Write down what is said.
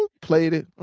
and played it.